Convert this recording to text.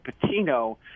Patino